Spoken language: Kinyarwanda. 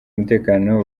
umutekano